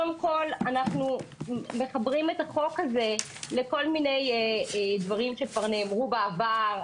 קודם כל אנחנו מחברים את החוק הזה לכל מיני דברים שנאמרו בעבר,